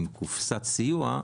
עם קופסת סיוע,